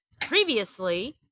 previously